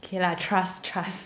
K lah trust trust